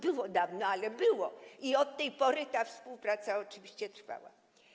Było dawno, ale było i od tamtej pory ta współpraca oczywiście trwała.